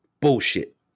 bullshit